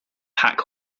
pack